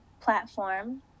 platform